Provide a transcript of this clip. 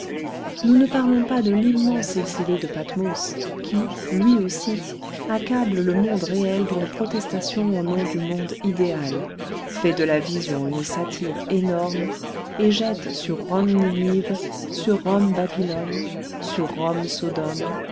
nous ne parlons pas de l'immense exilé de pathmos qui lui aussi accable le monde réel d'une protestation au nom du monde idéal fait de la vision une satire énorme et jette sur rome ninive sur rome babylone sur